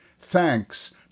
thanks